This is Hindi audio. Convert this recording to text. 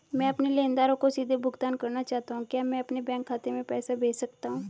मैं अपने लेनदारों को सीधे भुगतान करना चाहता हूँ क्या मैं अपने बैंक खाते में पैसा भेज सकता हूँ?